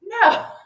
no